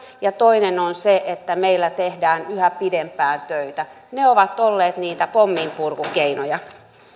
ja toinen on se että meillä tehdään yhä pidempään töitä ne ovat olleet niitä pomminpurkukeinoja